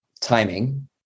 timing